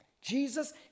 Jesus